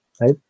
right